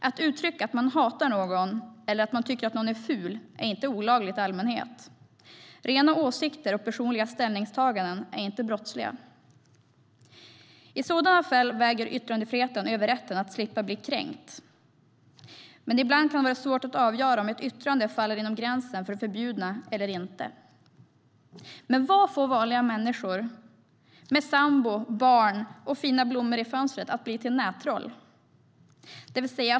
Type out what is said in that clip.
Att uttrycka att man hatar någon eller att man tycker att någon är ful är inte olagligt i allmänhet. Rena åsikter och personliga ställningstaganden är inte brottsliga. I sådana fall väger yttrandefriheten över rätten att slippa bli kränkt. Men ibland kan det vara svårt att avgöra om ett yttrande faller inom gränsen för det förbjudna eller inte. Men vad får vanliga människor, med sambo, barn och fina blommor i fönstret, att bli till nättroll?